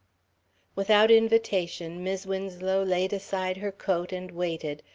without invitation, mis' winslow laid aside her coat and waited,